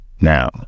Now